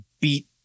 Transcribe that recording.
beat